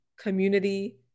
community